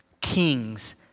kings